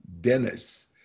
Dennis